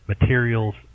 materials